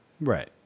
Right